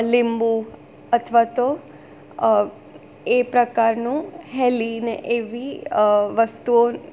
લીંબુ અથવા તો એ પ્રકારનું હેલીન એવી વસ્તુઓ